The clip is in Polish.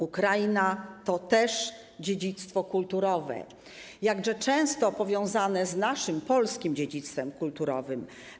Ukraina to też dziedzictwo kulturowe, jakże często powiązane z naszym, polskim dziedzictwem kulturowym.